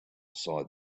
sighed